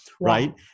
right